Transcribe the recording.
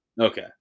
okay